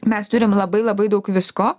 mes turim labai labai daug visko